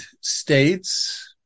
states